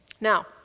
Now